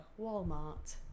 Walmart